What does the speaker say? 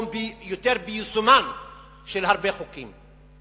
או יישומם של הרבה חוקים.